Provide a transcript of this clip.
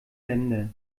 länder